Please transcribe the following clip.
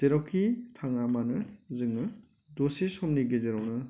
जेरावखि थाङा मानो जोङो दसे समनि गेजेरावनो